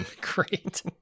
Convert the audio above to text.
Great